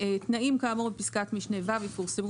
(ז) תנאים כאמור בפסקת משנה (ו) יפורסמו